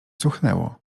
cuchnęło